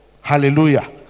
Hallelujah